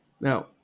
Now